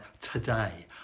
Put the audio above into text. today